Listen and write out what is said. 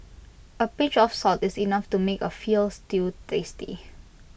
A pinch of salt is enough to make A Veal Stew tasty